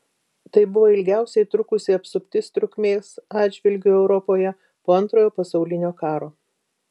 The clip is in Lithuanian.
tai buvo ilgiausiai trukusi apsuptis trukmės atžvilgiu europoje po antrojo pasaulinio karo